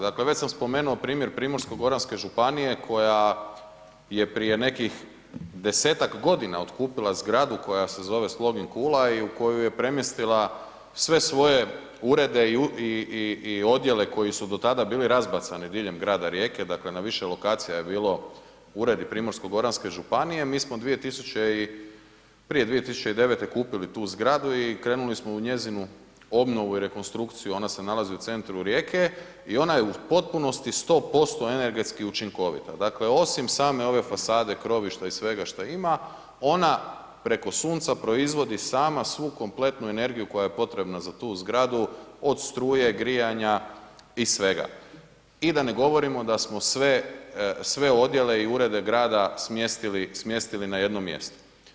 Dakle već sam spomenuo primjer Primorsko-goranske županije koja je prije neki 10-ak godina otkupila zgradu koja se zove Slogin-Kula i u koju je premjestila sve svoje urede i odjele koji su do tada bili razbacani diljem grada Rijeke, dakle na više lokacija je bilo ureda Primorsko-goranske županije, mi smo prije 2009. g. kupili tu zgradu i krenuli smo u njezinu obnovu i rekonstrukciju, ona se nalazi u centru Rijeke i ona je u potpunosti 100% energetski učinkovito, dakle osim same ove fasade krovišta i svega što ima, ona preko sunca proizvodi sama svu kompletnu energiju koja je potrebna za tu zgradu, od struje, grijanja i svega i da ne govorimo da smo sve odjele i urede grada smjestili na jedno mjesto.